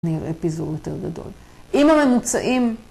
נראה פיזור יותר גדול. אם הממוצעים...